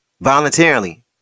Voluntarily